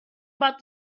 about